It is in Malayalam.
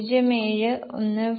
07 1